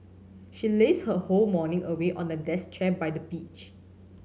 she lazed her whole morning away on the desk chair by the beach